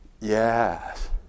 Yes